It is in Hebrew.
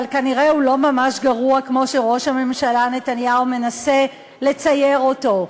אבל כנראה הוא לא ממש גרוע כמו שראש הממשלה נתניהו מנסה לצייר אותו.